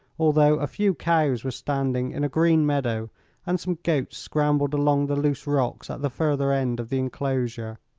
although a few cows were standing in a green meadow and some goats scrambled among the loose rocks at the further end of the enclosure.